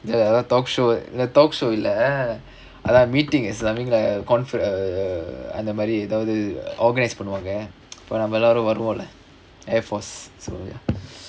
எதோ:etho talk show இல்ல:illa talk show இல்ல அதான்:illa athaan meeting something like a conference அந்தமாரி எதாவது:anthamaari ethaavathu organise பண்ணுவாங்க அப்ப நம்ம எல்லாரும் வருவோல:pannuvaanga appa namma ellaarum varuvola airforce so ya